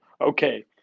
okay